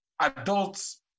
adults